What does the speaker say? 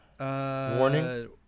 Warning